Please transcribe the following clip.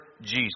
Jesus